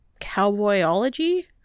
Cowboyology